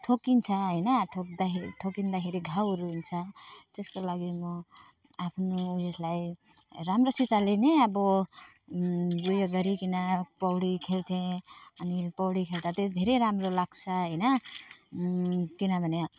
ठोक्किन्छ होइन ठोग्दाखेरि ठोकिँदाखेरि घाउहरू हुन्छ त्यसको लागि म आफ्नो उइसलाई राम्रोसितले नै अब ऊ यो गरिकिन पौडी खेल्थेँ अनि पौडी खेल्दा चाहिँ धेरै राम्रो लाग्छ होइन किनभने